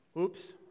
oops